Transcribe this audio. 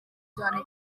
cyane